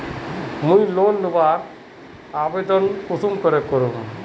मुई लोन लुबार केते आवेदन कुंसम करे करूम?